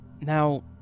Now